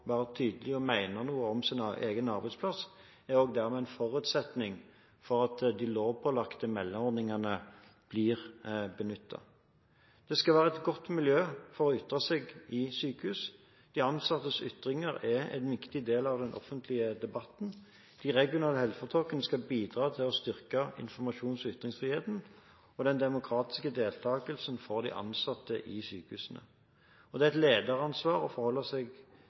være tydelig og mene noe om sin egen arbeidsplass, er dermed en forutsetning for at de lovpålagte meldeordningene blir benyttet. Det skal være et godt miljø for å ytre seg i sykehus. De ansattes ytringer er en viktig del av den offentlige debatten. De regionale helseforetakene skal bidra til å styrke informasjons- og ytringsfriheten og den demokratiske deltakelsen fra de ansatte i sykehusene. Det er et lederansvar at forholdene er lagt til rette for ytringer og for å